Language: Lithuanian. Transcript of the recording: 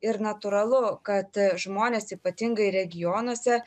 ir natūralu kad žmonės ypatingai regionuose